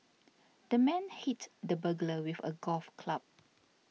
the man hit the burglar with a golf club